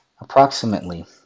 Approximately